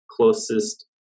closest